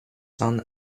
son